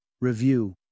Review